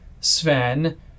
sven